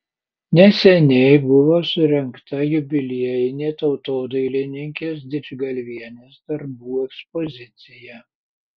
neseniai buvo surengta jubiliejinė tautodailininkės didžgalvienės darbų ekspozicija